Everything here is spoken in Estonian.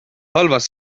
halvas